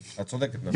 את צודקת.